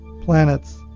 planets